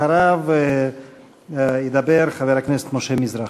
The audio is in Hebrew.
אחריו ידבר חבר הכנסת משה מזרחי.